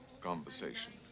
conversation